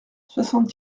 soixante